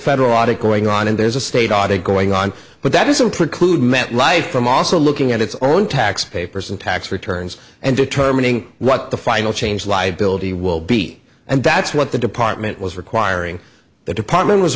audit going on and there's a state audit going on but that doesn't preclude metlife from also looking at its own tax papers and tax returns and determining what the final change liability will be and that's what the department was requiring the department was